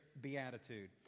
beatitude